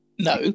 No